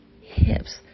hips